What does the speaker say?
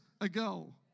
ago